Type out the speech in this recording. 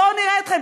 בואו נראה אתכם,